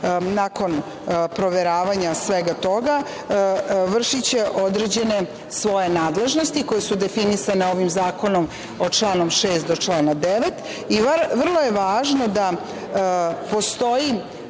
nakon proveravanja svega toga vršiće određene svoje nadležnosti koje su definisane ovim zakonom od člana 6. do člana 9. I vrlo je važno da postoji